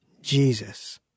Jesus